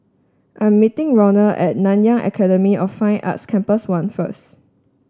I'm meeting Ronald at Nanyang Academy of Fine Arts Campus One first